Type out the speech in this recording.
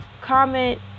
comment